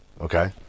Okay